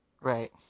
Right